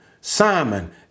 Simon